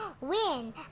win